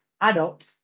adults